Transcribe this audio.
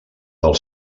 del